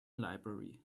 library